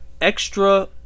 extra